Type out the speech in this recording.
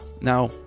now